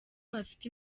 bafite